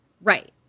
Right